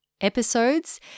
episodes